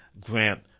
grant